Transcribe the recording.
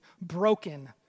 broken